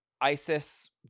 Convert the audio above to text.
Isis